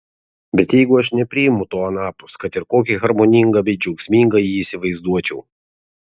bet jeigu aš nepriimu to anapus kad ir kokį harmoningą bei džiaugsmingą jį įsivaizduočiau